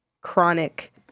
chronic